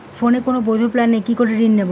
ফোনে কোন বৈধ প্ল্যান নেই কি করে ঋণ নেব?